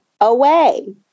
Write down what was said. away